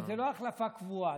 זה לא החלפה קבועה.